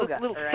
little